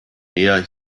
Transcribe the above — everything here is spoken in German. meer